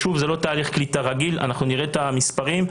זה לא תהליך קליטה רגיל, אנחנו נראה את המספרים.